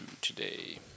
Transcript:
today